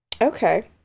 okay